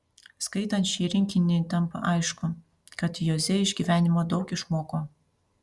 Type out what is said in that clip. skaitant šį rinkinį tampa aišku kad joze iš gyvenimo daug išmoko